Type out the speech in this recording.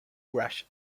crush